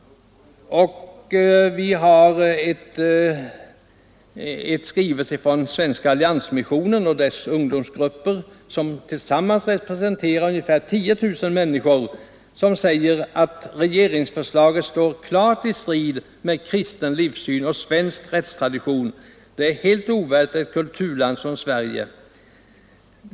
Och vi har en skrivelse från Svenska alliansmissionen och dess ungdomsgrupper som tillsammans representerar ungefär 10 000 människor. Där heter det: ”Regeringsförslaget står klart i strid med kristen livssyn och svensk rättstradition. Det är helt ovärdigt ett kulturland som Sverige.